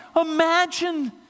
Imagine